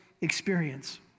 experience